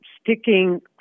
sticking